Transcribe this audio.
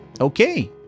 okay